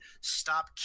Stop